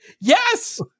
Yes